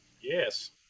yes